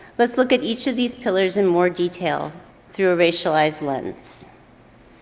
let's look at each of these pillars in more detail through a racialized lens.